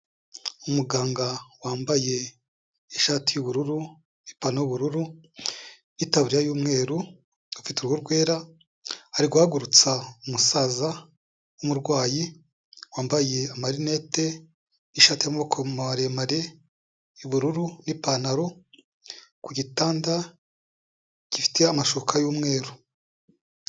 Umuganga wambaye ishati y'ubururu, ipantaro y'ubururu, n'itaburiya y'umweru, afite uruhu rwera, ari guhagurutsa umusaza w'umurwayi, wambaye amarinete, ishati y'amaboko maremare y'ubururu, n'ipantaro, ku gitanda gifite amashuka y'umweru.